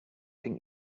think